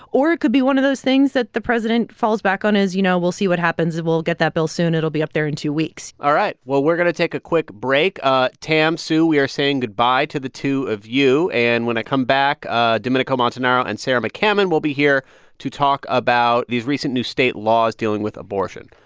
or it could be one of those things that the president falls back on. as you know, we'll see what happens. we'll get that bill soon. it'll be up there in two weeks all right. well, we're going to take a quick break ah tam, sue, we are saying goodbye to the two of you. and when i come back, ah domenico montanaro and sarah mccammon will be here to talk about these recent new state laws dealing with abortion.